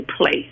place